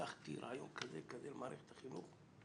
פיתחתי רעיון כזה למערכת החינוך.